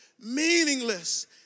meaningless